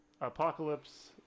Apocalypse